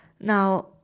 Now